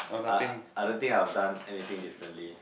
I I don't think I would have done anything differently